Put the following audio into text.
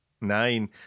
Nine